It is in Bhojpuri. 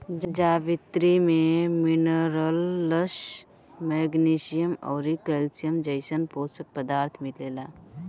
जावित्री में मिनरल्स, मैग्नीशियम अउरी कैल्शियम जइसन पोषक पदार्थ मिलेला